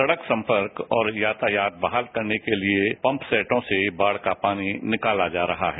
सड़क संपर्क और यातायात बहाल करने के लिए पंप सेटों से बाढ़ का पानी निकाला जा रहा है